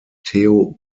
theo